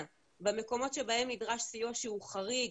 במקומות שבהם נדרש סיוע שהוא חריג,